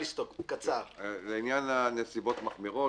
לעניין הנסיבות המחמירות,